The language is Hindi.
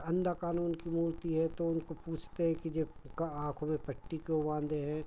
अंधा क़ानून की मूर्ति है तो उनको पूछते हैं कि यह का आँखों में पट्टी क्यों बाँधे हैं